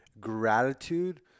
gratitude